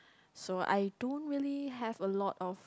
so I don't really have a lot of